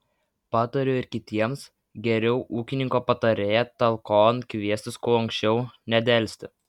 patariu ir kitiems geriau ūkininko patarėją talkon kviestis kuo anksčiau nedelsti